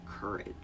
courage